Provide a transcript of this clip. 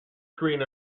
screen